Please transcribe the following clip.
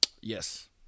Yes